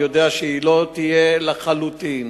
אני יודע שהיא לא תהיה לחלוטין,